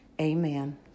Amen